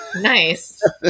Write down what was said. Nice